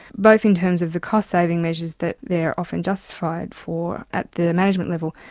both in terms of the cost saving measures that they're often justified for at the management level,